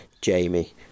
Jamie